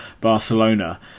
Barcelona